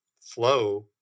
flow